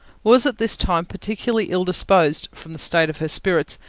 was at this time particularly ill-disposed, from the state of her spirits,